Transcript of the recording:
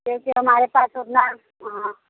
क्योंकि हमारे पास उतना हाँ